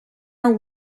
our